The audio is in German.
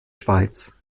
schweiz